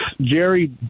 Jerry